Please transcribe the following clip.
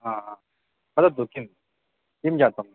हा वदतु किं किं जातं